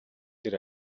дээр